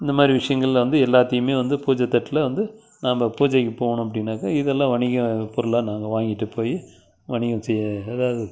இந்தமாதிரி விஷயங்கள்ல வந்து எல்லாத்தையுமே வந்து பூஜை தட்டில் வந்து நாம் பூஜைக்குப் போகணும் அப்படின்னாக்கா இதெல்லாம் வணிகப் பொருளாக நாங்கள் வாங்கிட்டு போய் வணிகம் செய்ய அதாவது